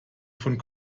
von